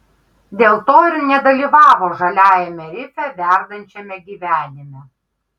dėl to ir nedalyvavo žaliajame rife verdančiame gyvenime